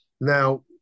now